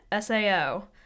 SAO